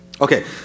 okay